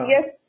yes